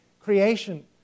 creation